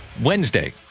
wednesday